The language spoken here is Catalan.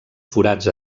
forats